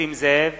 נסים זאב,